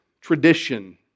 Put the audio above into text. tradition